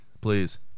please